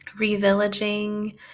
revillaging